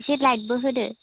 एसे लाइटबो होदो